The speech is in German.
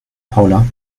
paula